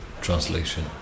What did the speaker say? translation